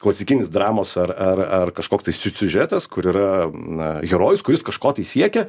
klasikinis dramos ar ar ar kažkoks tai siu siužetas kur yra na herojus kuris kažko tai siekia